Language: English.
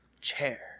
Chair